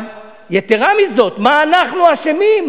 אבל יתירה מזאת, מה אנחנו אשמים?